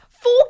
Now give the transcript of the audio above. Four